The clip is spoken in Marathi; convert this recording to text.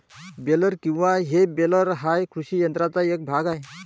बेलर किंवा हे बेलर हा कृषी यंत्राचा एक भाग आहे